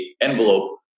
envelope